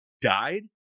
died